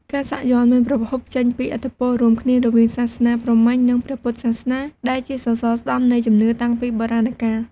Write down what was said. ការសាក់យ័ន្តមានប្រភពចេញពីឥទ្ធិពលរួមគ្នារវាងសាសនាព្រហ្មញ្ញ និងព្រះពុទ្ធសាសនា ដែលជាសសរស្តម្ភនៃជំនឿតាំងពីបុរាណកាល។